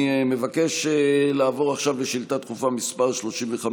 אני מבקש לעבור עכשיו לשאילתה דחופה מס' 35,